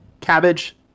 cabbage